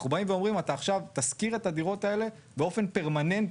אנחנו באים ואומרים אתה עכשיו תשכיר את הדירות האלה באופן פרמננטי.